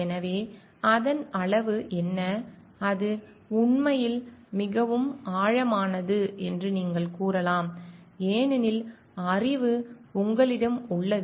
எனவே அதன் அளவு என்ன அது உண்மையில் மிகவும் ஆழமானது என்று நீங்கள் கூறலாம் ஏனெனில் அறிவு உங்களிடம் உள்ளது